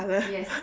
yes